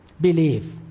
believe